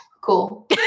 Cool